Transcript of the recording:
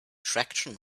traction